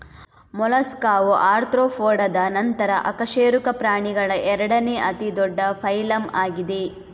ಮೊಲಸ್ಕಾವು ಆರ್ತ್ರೋಪೋಡಾದ ನಂತರ ಅಕಶೇರುಕ ಪ್ರಾಣಿಗಳ ಎರಡನೇ ಅತಿ ದೊಡ್ಡ ಫೈಲಮ್ ಆಗಿದೆ